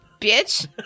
Bitch